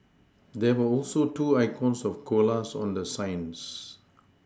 there were also two icons of koalas on the signs